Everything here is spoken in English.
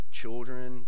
children